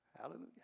Hallelujah